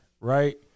right